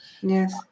Yes